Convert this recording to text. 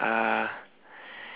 uh